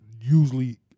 usually